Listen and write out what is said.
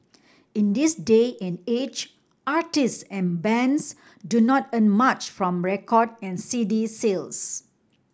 in this day and age artists and bands do not earn much from record and C D sales